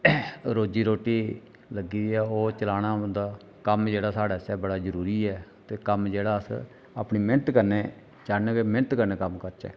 रोजी रुट्टी लग्गी दी ऐ ओह् चलाना होंदा कम्म जेह्ड़ा साढ़े आस्तै बड़ा जरूरी ऐ ते कम्म जेह्ड़ा अस अपनी मेह्नत कन्नै चाह्न्ने के मेहनत कन्नै कम्म करचै